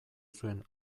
zuen